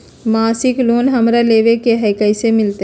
मासिक लोन हमरा लेवे के हई कैसे मिलत?